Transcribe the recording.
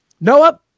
Noah